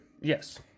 Yes